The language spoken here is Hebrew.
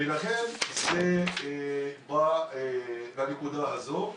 לכן זה בא לנקודה הזאת.